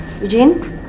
Eugene